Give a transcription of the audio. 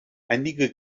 einige